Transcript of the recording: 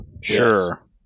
Sure